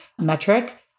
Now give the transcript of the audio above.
metric